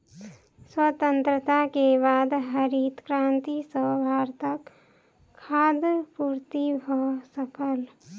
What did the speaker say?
स्वतंत्रता के बाद हरित क्रांति सॅ भारतक खाद्य पूर्ति भ सकल